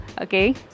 Okay